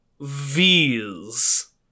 Vs